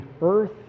earth